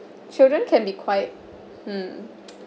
children can be quite mm